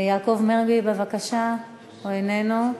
יעקב מרגי, בבקשה, הוא איננו.